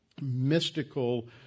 mystical